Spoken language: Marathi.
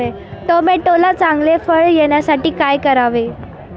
टोमॅटोला चांगले फळ येण्यासाठी काय करावे?